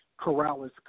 Corrales